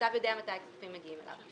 המוטב יודע מתי הכספים מגיעים אליו.